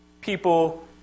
people